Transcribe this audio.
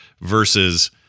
versus –